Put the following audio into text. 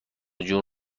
جون